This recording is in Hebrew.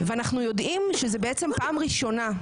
ואנחנו יודעים שזו פעם ראשונה,